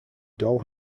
doll